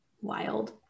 wild